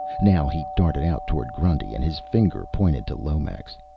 now he darted out toward grundy, and his finger pointed to lomax.